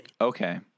Okay